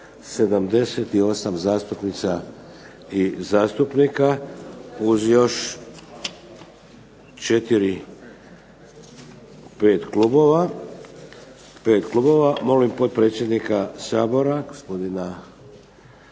78 zastupnica i zastupnika, uz još 4, 5 klubova. Molim potpredsjednika Sabora, gospodina